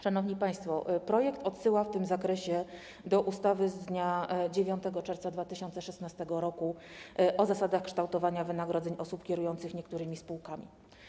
Szanowni państwo, projekt odsyła w tym zakresie do ustawy z dnia 9 czerwca 2016 r. o zasadach kształtowania wynagrodzeń osób kierujących niektórymi spółkami.